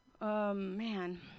Man